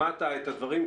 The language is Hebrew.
שמעת את הדברים,